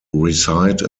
reside